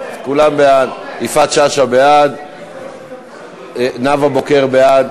בעד, ללא מתנגדים וללא נמנעים.